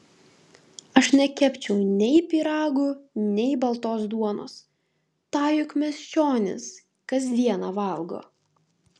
aš nekepčiau nei pyragų nei baltos duonos tą juk miesčionys kas dieną valgo